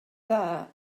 dda